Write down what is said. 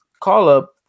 call-up